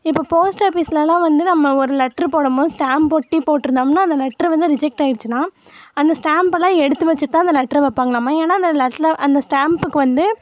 இப்போ போஸ்ட் ஆஃபிஸ்லெலாம் வந்து நம்ம ஒரு லெட்ரு போடும் போது ஸ்டாம்ப் ஒட்டி போட்டுருந்தோம்னா அந்த லெட்ரு வந்து ரிஜெக்ட் ஆகிடுச்சுனா அந்த ஸ்டாம்ப்பலாம் எடுத்து வச்சுட்டு தான் அந்த லெட்ரை வைப்பாங்களாமா ஏனால் அந்த லெட்டில் அந்த ஸ்டாம்ப்புக்கு வந்து